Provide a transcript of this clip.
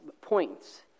points